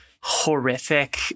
horrific